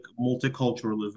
multiculturalism